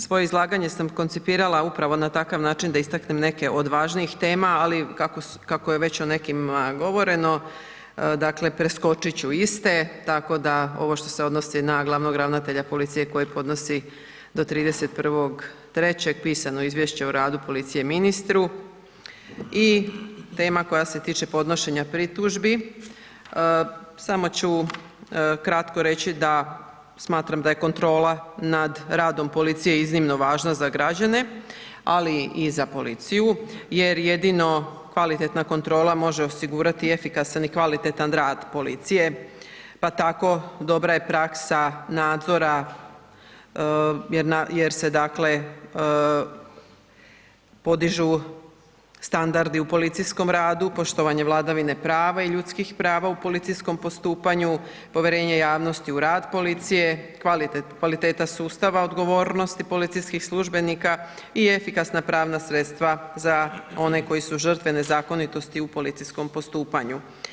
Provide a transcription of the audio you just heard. Svoje izlaganje sam koncipirala upravo na takav način da istaknem neke od važnijih tema, ali kako je već o nekima govoreno, dakle, preskočit ću isto, tako da ovo što se odnosi na glavnog ravnatelja policije koje podnosi do 31.3. pisano izvješće o radu policije i ministru i tema koja se tiče podnošenja pritužbi, samo ću kratko reći da smatram da je kontrola nad radom policije iznimno važna za građane, ali i za policiju jer jedino kvalitetna kontrola može osigurati efikasan i kvalitetan rad policije, pa tako dobra je praksa nadzora jer se, dakle, podižu standardi u policijskom radu, poštovanje vladavine prava i ljudskih prava u policijskom postupanju, povjerenje javnosti u rad policije, kvaliteta sustava odgovornosti policijskih službenika i efikasna pravna sredstva za one koji su žrtve nezakonitosti u policijskom postupanju.